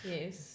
Yes